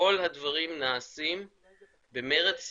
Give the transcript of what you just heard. כל הדברים נעשים במרץ רב,